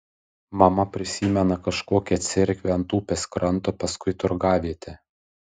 mama prisimena kažkokią cerkvę ant upės kranto paskui turgavietę